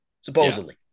supposedly